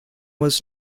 was